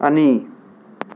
ꯑꯅꯤ